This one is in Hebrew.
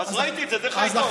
אז ראיתי את זה דרך העיתון.